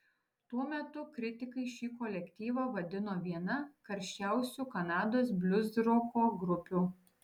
tuo metu kritikai šį kolektyvą vadino viena karščiausių kanados bliuzroko grupių